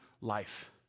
life